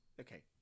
okay